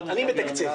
אני מתקצב.